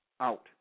Out